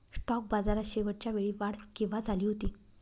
Stock बाजारात शेवटच्या वेळी वाढ केव्हा झाली होती?